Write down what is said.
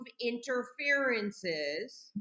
interferences